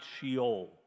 Sheol